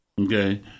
Okay